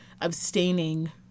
abstaining